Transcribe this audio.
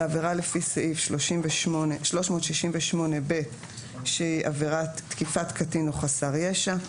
זו עבירה לפי סעיף 368ב שהוא עבירת תקיפת קטין או חסר ישע,